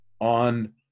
on